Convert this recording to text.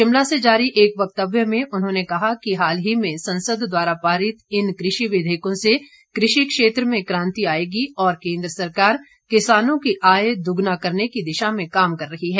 शिमला से जारी एक वक्तव्य में उन्होंने कहा कि हाल ही में संसद द्वारा पारित इन कृषि विधेयकों से कृषि क्षेत्र में क्रांति आएगी और केन्द्र सरकार किसानों की आय दोगुना करने की दिशा में काम कर रही है